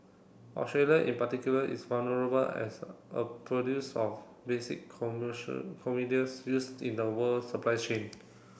Australia in particular is vulnerable as a produce of basic commercial used in the world supply chain